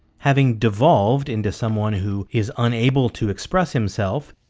having devolved into someone who is unable to express himself,